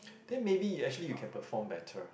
then maybe you actually you can perform better